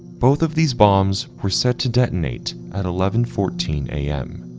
both of these bombs were set to detonate at eleven fourteen a m,